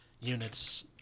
units